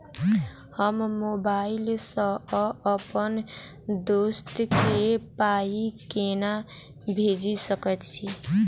हम मोबाइल सअ अप्पन दोस्त केँ पाई केना भेजि सकैत छी?